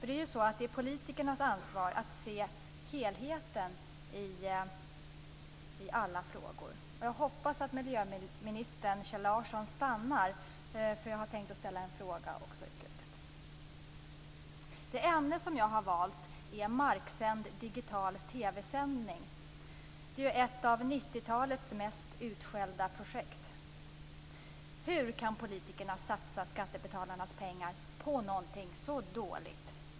Det är politikernas ansvar att se helheten i alla frågor. Jag hoppas att miljöminister Kjell Larsson stannar kvar eftersom jag hade tänkt att ställa en fråga i slutet av mitt anförande. Det ämne som jag har valt är marksänd digital TV-sändning, ett av 90-talets mest utskällda projekt. Hur kan politikerna satsa skattebetalarnas pengar på någonting så dåligt?